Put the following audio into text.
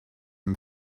him